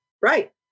Right